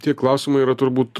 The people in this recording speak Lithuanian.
tie klausimai yra turbūt